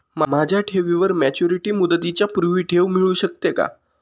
माझ्या ठेवीवर मॅच्युरिटी मुदतीच्या पूर्वी ठेव मिळू शकते का?